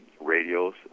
radios